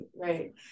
right